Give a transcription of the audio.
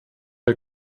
der